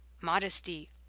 modesty